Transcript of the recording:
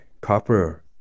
copper